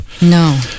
no